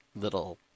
little